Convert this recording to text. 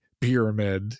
pyramid